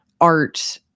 art